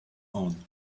own